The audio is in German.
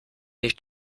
nicht